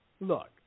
look